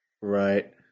Right